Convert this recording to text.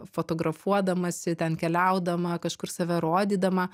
fotografuodamasi ten keliaudama kažkur save rodydama